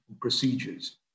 procedures